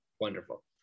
Wonderful